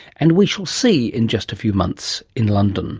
and we shall see in just a few months in london